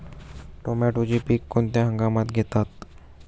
टोमॅटोचे पीक कोणत्या हंगामात घेतात?